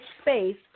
space